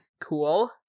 cool